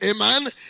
Amen